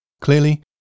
Clearly